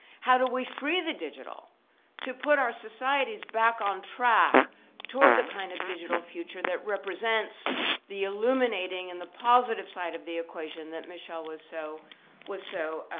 how do we free the digital to put our societies back on track toward the kind of digital future that represents the illuminating and the positive side of the equation that michelle was so was so